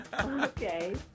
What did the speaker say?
Okay